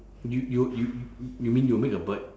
you you you you mean you'll make a bird